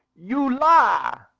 you lie!